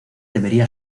debería